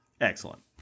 Excellent